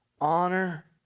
honor